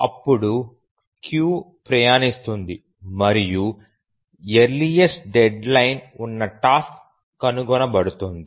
అప్పుడు క్యూ ప్రయాణిస్తుంది మరియు ఎర్లీఎస్ట్ డెడ్లైన్ ఉన్న టాస్క్ కనుగొనబడుతుంది